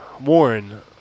Warren